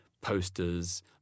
posters